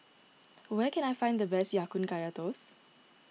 where can I find the best Ya Kun Kaya Toast